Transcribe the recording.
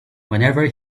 whenever